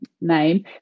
name